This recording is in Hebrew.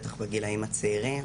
בטח בגילאים הצעירים